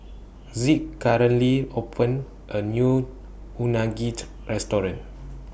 opened A New Unagit Restaurant